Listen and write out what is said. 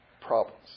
problems